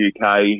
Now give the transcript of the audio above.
UK